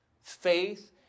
Faith